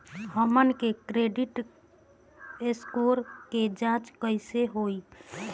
हमन के credit score के जांच कैसे होइ?